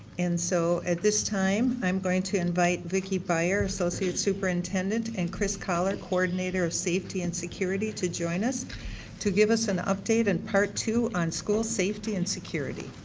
and so, at this time i am going to invite vicki byer, associate superintendent, and chris collier, coordinator of safety and security to join us to give us an update in part two on school safety and security